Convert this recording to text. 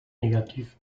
negativ